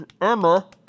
Emma